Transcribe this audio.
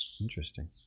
Interesting